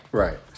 right